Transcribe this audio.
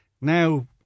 now